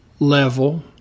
Level